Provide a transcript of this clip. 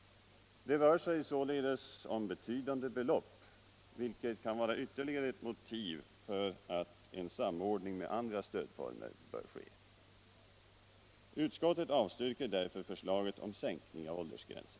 Det rör sig således om betydande belopp, vilket kan vara ytterligare ett motiv för att en samordning med andra stödformer bör ske. Utskottet avstyrker därför förslaget om sänkning av åldersgränsen.